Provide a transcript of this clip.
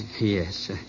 Yes